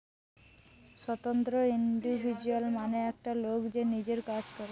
স্বতন্ত্র ইন্ডিভিজুয়াল মানে একটা লোক যে নিজের কাজ করে